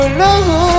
love